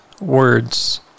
words